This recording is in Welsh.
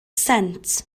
sent